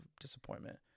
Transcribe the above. disappointment